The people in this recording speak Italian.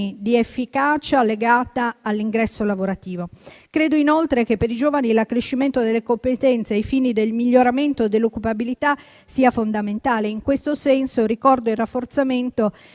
di efficacia legata all'ingresso lavorativo. Credo inoltre che per i giovani l'accrescimento delle competenze ai fini del miglioramento dell'occupabilità sia fondamentale. In questo senso, ricordo il rafforzamento